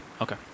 Okay